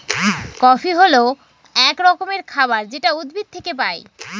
coffee হল এক রকমের খাবার যেটা উদ্ভিদ থেকে পায়